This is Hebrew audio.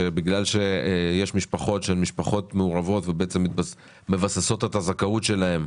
שבגלל שיש משפחות שהן משפחות מעורבות ובעצם מבססות את הזכאות שלהן,